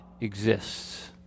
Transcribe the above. exists